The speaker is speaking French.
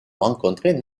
rencontrer